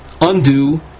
undo